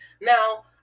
Now